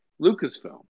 Lucasfilm